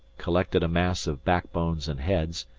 collected a mass of backbones and heads,